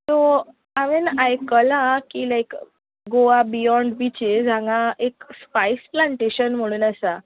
so हांवें आयकलां की लायक गोवा बियोन्ड बिचीस हांगा एक स्पायस प्लान्टेशन म्हणून आसा